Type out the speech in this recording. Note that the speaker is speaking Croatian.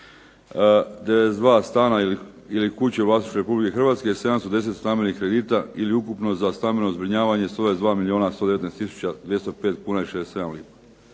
92 stana ili kuće u vlasništvu Republike Hrvatske, 710 stambenih kredita ili ukupno za stambeno zbrinjavanja 122 milijuna 119 tisuća 205 kuna i 67 lipa.